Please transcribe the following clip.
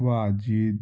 Wajid